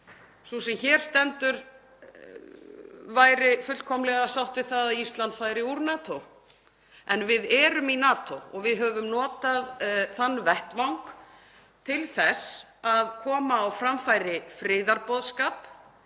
Sú sem hér stendur væri fullkomlega sátt við það að Ísland færi úr NATO en við erum í NATO og við höfum notað þann vettvang til þess að koma á framfæri friðarboðskap